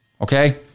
okay